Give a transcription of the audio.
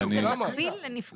זה מקרין לנפגעי עבודה.